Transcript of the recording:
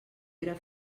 era